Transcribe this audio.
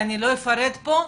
אני לא אפרט פה,